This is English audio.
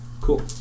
Cool